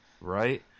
right